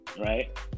right